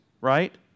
right